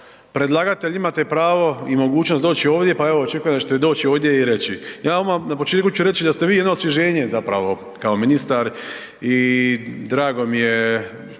predlagatelj imate pravo i mogućnost doći ovdje pa evo očekujem da ćete doći ovdje i reći. Ja odmah na početku ću reći da ste vi jedno osvježenje zapravo kao ministar i drago mi je,